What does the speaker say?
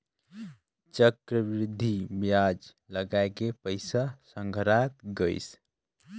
चक्रबृद्धि बियाज लगाय के पइसा संघरात गइस